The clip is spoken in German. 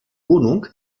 wohnung